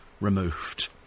removed